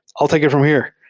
l take it from here,